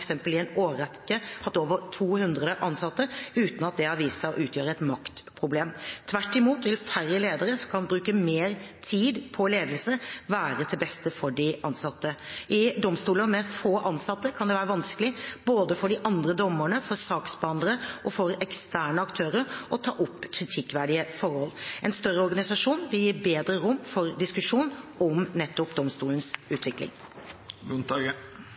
i en årrekke hatt over 200 ansatte, uten at dette har vist seg å utgjøre et maktproblem. Tvert imot vil færre ledere, som kan bruke mer tid på ledelse, være til det beste for de ansatte. I domstoler med få ansatte kan det være vanskelig både for de andre dommerne, for saksbehandlerne og for eksterne aktører å ta opp kritikkverdige forhold. En større organisasjon vil gi bedre rom for diskusjon om nettopp domstolens